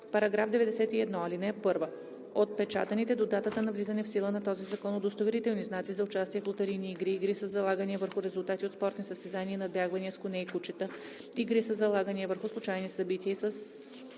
§ 91. (1) Отпечатаните до датата на влизане в сила на този закон удостоверителни знаци за участие в лотарийни игри, игри със залагания върху резултати от спортни състезания и надбягвания с коне и кучета, игри със залагания върху случайни събития и със